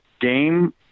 game